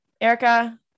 Erica